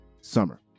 summer